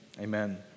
amen